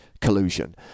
collusion